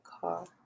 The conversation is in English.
car